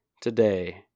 today